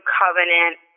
covenant